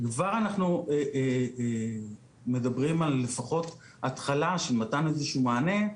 כבר אנחנו מדברים על לפחות התחלה של מתן של איזה שהוא מענה.